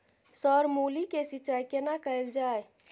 Sir मूली के सिंचाई केना कैल जाए?